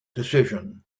decision